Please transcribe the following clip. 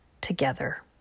together